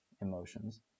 emotions